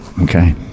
okay